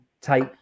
take